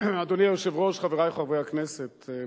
אדוני היושב-ראש, חברי חברי הכנסת,